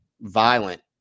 violent